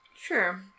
Sure